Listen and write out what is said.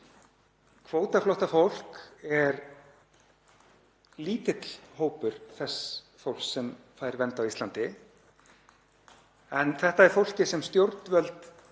Kvótaflóttafólk er lítill hópur þess fólks sem fær vernd á Íslandi. En þetta er fólkið sem stjórnvöld